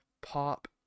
pop